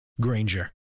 Granger